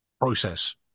process